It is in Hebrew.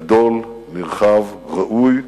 גדול, נרחב, ראוי,